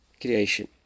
creation